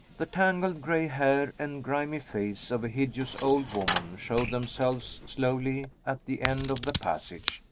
the tangled gray hair and grimy face of a hideous old woman showed themselves slowly at the end of the passage,